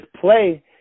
play